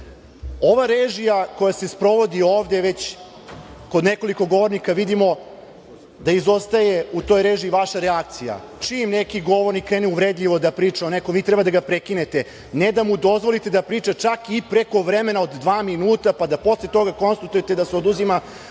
Ova režija koja se sprovodi ovde, već kod nekoliko govornika vidimo da izostaje u toj režiji vaša reakcija. Čim neki govornik krene uvredljivo da priča o nekom, vi treba da ga prekinete, ne da mu dozvolite da priča čak i preko vremena od dva minuta, pa da posle toga konstatujete da se oduzima